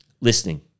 listening